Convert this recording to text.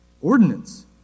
ordinance